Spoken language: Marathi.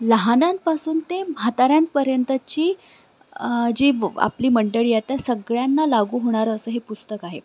लहानांपासून ते म्हाताऱ्यांपर्यंतची जी आपली मंडळी आहेत त्या सगळ्यांना लागू होणारं असं हे पुस्तक आहे